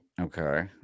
Okay